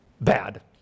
bad